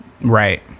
Right